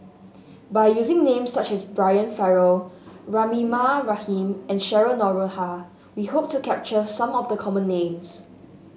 by using names such as Brian Farrell Rahimah Rahim and Cheryl Noronha we hope to capture some of the common names